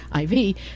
IV